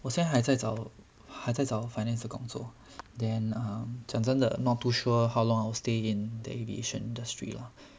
我现在还在找还在找 finance 的工作 then um 讲真正的 not too sure how long I will stay in the aviation industry lah